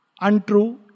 Untrue